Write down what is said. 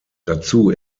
dazu